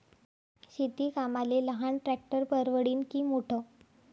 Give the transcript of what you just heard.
शेती कामाले लहान ट्रॅक्टर परवडीनं की मोठं?